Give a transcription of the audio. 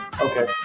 Okay